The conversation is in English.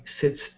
sits